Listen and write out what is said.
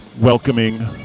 welcoming